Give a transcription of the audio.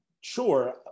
sure